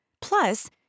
Plus